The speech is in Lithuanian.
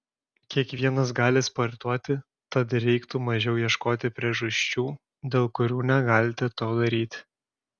kiekvienas gali sportuoti tad reiktų mažiau ieškoti priežasčių dėl kurių negalite to daryti